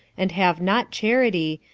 and have not charity,